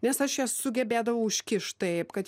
nes aš jas sugebėdavau užkišt taip kad